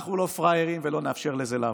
אנחנו לא פראיירים, ולא נאפשר לזה לעבור.